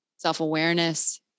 self-awareness